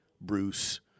Bruce